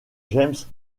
james